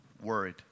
worried